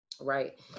Right